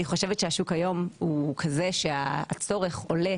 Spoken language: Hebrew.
אני חושבת שהשוק היום הוא כזה שהצורך עולה